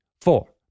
four